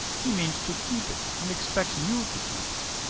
he means to keep it and expects you to keep it.